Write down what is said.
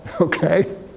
Okay